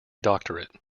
doctorate